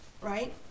right